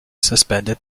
suspended